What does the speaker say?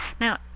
Now